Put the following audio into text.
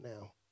now